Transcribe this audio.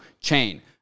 chain